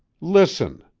listen!